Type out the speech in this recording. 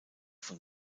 von